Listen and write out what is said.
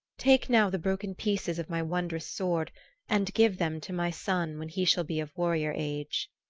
take now the broken pieces of my wondrous sword and give them to my son when he shall be of warrior age